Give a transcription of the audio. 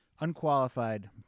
unqualified